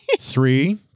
three